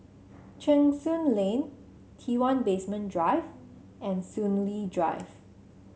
Cheng Soon Lane T one Basement Drive and Soon Lee Drive